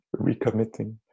recommitting